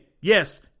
Yes